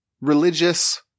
religious